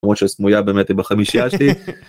‫למרות שסמויה באמת היא בחמישיה שלי.